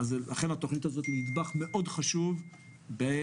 לכן התוכנית הזו היא נדבך מאוד חשוב בהשתפרות.